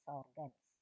organs